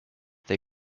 they